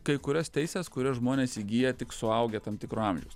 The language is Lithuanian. kai kurias teises kurias žmonės įgyja tik suaugę tam tikro amžiaus